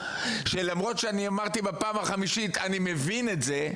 שלמרות שאני אמרתי בפעם החמישית שאני מבין את זה,